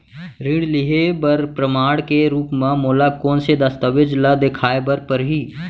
ऋण लिहे बर प्रमाण के रूप मा मोला कोन से दस्तावेज ला देखाय बर परही?